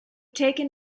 taken